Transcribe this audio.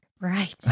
Right